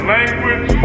language